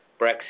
Brexit